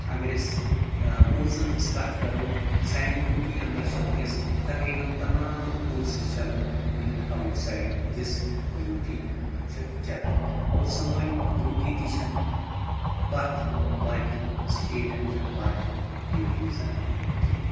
اگر أسۍ کورسن ہنٛز کتھ کرو سانہِ یوٗ ٹی انٛدر چھِ ؤنکیٚس تقریٖبن تمام کورسِز چلان یِم اوٹ سایڈ دِس یوٗ ٹی چھِ چلان گوٚو سٲنۍ یوٗ ٹی تہِ چھنہٕ پتھ باقٮ۪ن سٹیٹن یا باقٮ۪ن یوٗ ٹیٖزن کینٛہہ